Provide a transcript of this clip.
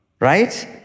right